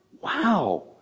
wow